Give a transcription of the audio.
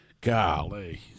Golly